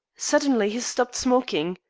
suddenly he stopped smoking.